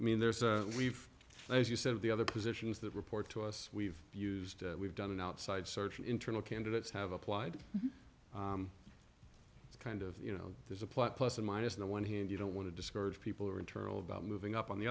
i mean there's a we've as you said the other positions that report to us we've used we've done an outside search internal candidates have applied it's kind of you know there's a plot plus and minus the one hand you don't want to discourage people who are internal about moving up on the